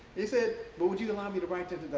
he said, but would you allow me to write